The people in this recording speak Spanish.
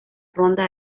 ronda